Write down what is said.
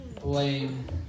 Blame